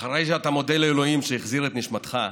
אחרי שאתה מודה לאלוהים שהחזיר את נשמתך,